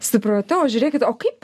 supratau žiūrėkit o kaip